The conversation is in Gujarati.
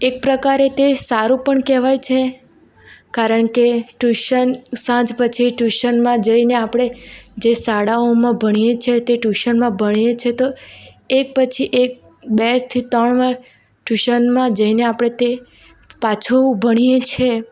એક પ્રકારે તે સારું પણ કેહવાય છે કારણકે ટ્યુશન સાંજ પછી ટ્યુશનમાં જઈને આપણે જે શાળાઓમાં ભણીયે છે તે ટ્યુશનમાં ભણીએ છે તો એક પછી એક બે થી ત્રણ વાર ટ્યુશનમાં જયને આપણે તે પાછું ભણીયે છે